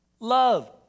Love